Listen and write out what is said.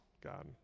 God